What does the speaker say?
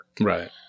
Right